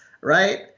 right